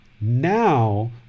Now